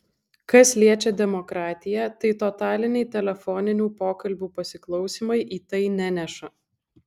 kas liečia demokratiją tai totaliniai telefoninių pokalbių pasiklausymai į tai neneša